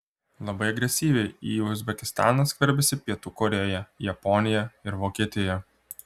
labai agresyviai į uzbekistaną skverbiasi pietų korėja japonija ir vokietija